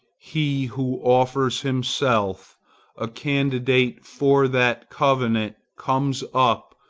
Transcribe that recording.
he who offers himself a candidate for that covenant comes up,